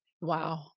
Wow